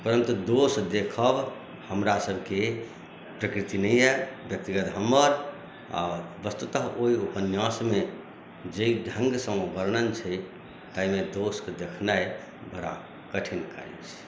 परन्तु दोष देखब हमरा सबकेँ प्रकृति नहि यऽ व्यक्तिगत हमर आ वस्तुतः ओहि उपन्यासमे जे ढंगसँ वर्णन छै एहिमे दोषके देखनाइ बड़ा कठिन काज छै